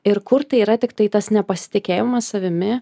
ir kur tai yra tiktai tas nepasitikėjimas savimi